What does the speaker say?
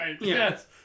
yes